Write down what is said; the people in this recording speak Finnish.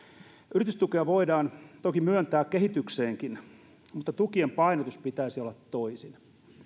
yritystukea voidaan toki myöntää kehitykseenkin mutta tukien painotuksen pitäisi olla toisin